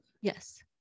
Yes